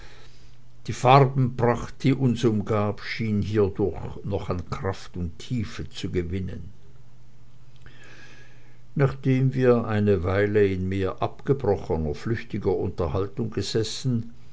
die farbenpracht die uns umgab schien hiedurch noch an kraft und tiefe zu gewinnen nachdem wir eine weile in mehr abgebrochener flüchtiger unterhaltung gesessen